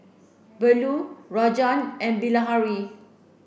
Bellur Rajan and Bilahari